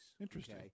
interesting